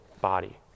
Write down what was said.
body